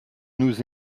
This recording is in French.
nous